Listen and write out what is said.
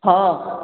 हँ